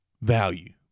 value